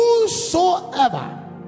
whosoever